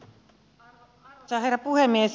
arvoisa herra puhemies